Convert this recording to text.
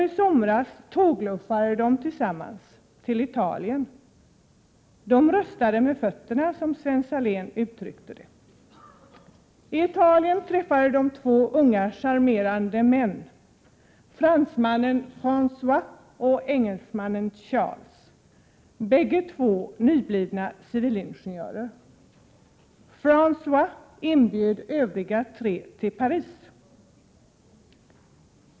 I somras tågluffade de tillsammans till Italien. De röstade med fötterna, som Sven Salén uttryckte det. I Italien träffade de två unga charmerande män, fransmannen Frangois och engelsmannen Charles, bägge två nyblivna civilingenjörer. Francois inbjöd övriga tre till Paris.